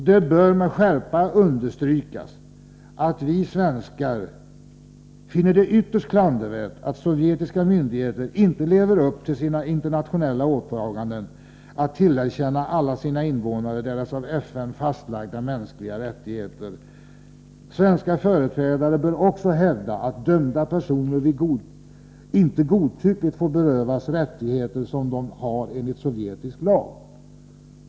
Det bör med skärpa understrykas att vi svenskar finner det ytterst klandervärt att sovjetmyndigheterna inte lever upp till sina internationella åtaganden att tillerkänna alla sina invånare deras av FN fastlagda mänskliga rättigheter. Svenska företrädare bör också hävda att dömda personer inte godtyckligt får berövas rättigheter som de har enligt sovjetisk lag.